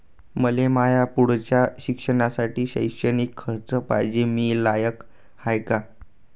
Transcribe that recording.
मले माया पुढच्या शिक्षणासाठी शैक्षणिक कर्ज पायजे, मी लायक हाय का?